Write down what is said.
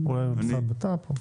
בבקשה.